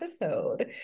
episode